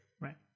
Right